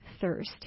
thirst